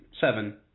seven